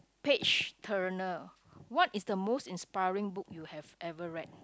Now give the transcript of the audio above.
page turner what is the most inspiring book you have ever read